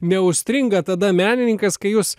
neužstringa tada menininkas kai jūs